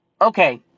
Okay